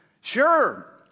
Sure